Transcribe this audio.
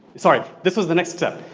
sorry, this was the next step.